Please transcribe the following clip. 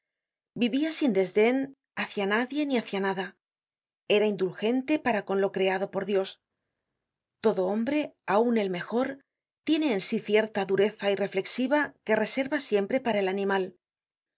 vivia sin desden hácia nadie ni hácia nada era indulgente para con lo creado por dios todo hombre aun el mejor tiene en sí cierta dureza irreflexiva que reserva siempre para el animal el